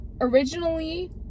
Originally